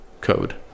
code